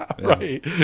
Right